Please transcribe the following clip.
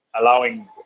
allowing